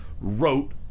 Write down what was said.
wrote